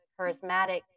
charismatic